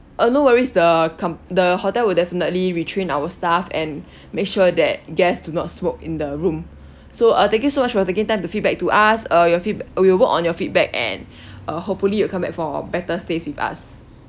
uh no worries the com~ the hotel will definitely retrain our staff and make sure that guests do not smoke in the room so uh thank you so much about taking time to feedback to us uh your feedback we'll work on your feedback and uh hopefully you'll come back for better stays with us